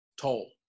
toll